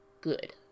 good